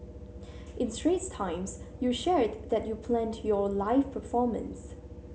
in Straits Times you shared that you planned your live performance